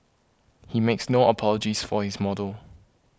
he makes no apologies for his model